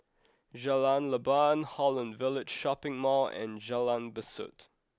Jalan Leban Holland Village Shopping Mall and Jalan Besut